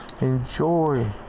Enjoy